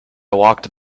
walked